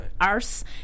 arse